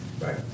Right